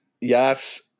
Yes